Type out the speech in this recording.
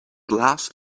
last